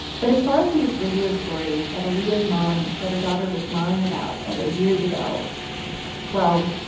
but as far as the youth radio story that aaliyah's mom said her daughter was lying about all those years ago well,